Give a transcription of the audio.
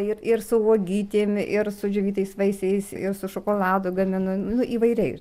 ir ir su uogytėm ir su džiovytais vaisiais ir su šokoladu gaminu nu įvairiai